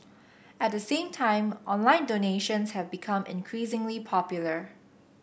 at the same time online donations have become increasingly popular